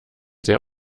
sehr